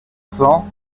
cents